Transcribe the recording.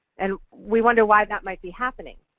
and we wonder why that might be happening.